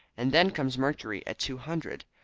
and then comes mercury at two hundred.